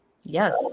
Yes